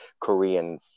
Korean